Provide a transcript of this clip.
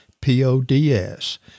P-O-D-S